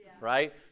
Right